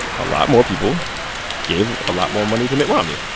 a lot more people gave a lot more money to mitt romney.